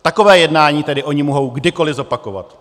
Takové jednání tedy oni mohou kdykoliv zopakovat.